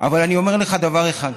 אבל אני אומר לך דבר אחד,